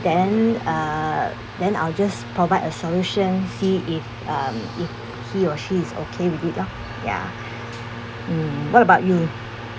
then uh then I'll just provide a solution see if um if he or she is okay with it lor ya mm what about you